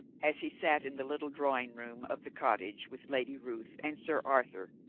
as he sat in the little drawing-room of the cottage with lady ruth and sir arthur,